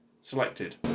selected